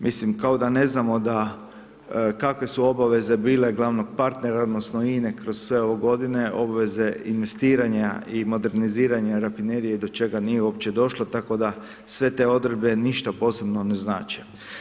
Mislim kao da ne znamo da, kakve su obaveze bile glavnog partnera odnosno INE kroz sve ove godine, obveze investiranja i moderniziranja rafinerije do čega nije uopće došlo tako da sve te odredbe ništa posebno ne znače.